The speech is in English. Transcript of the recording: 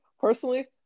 personally